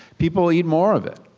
people will eat more of it.